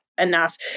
enough